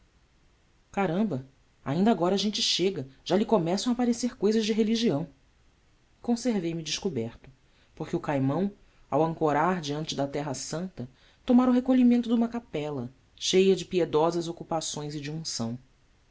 caramba ainda agora a gente chega já lhe começam a aparecer cousas de religião e conservei-me descoberto porque o caimão ao ancorar diante da terra santa tomara o recolhimento de uma capela cheia de piedosas ocupações e de unção